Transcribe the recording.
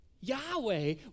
Yahweh